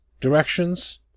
directions